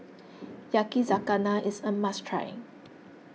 Yakizakana is a must try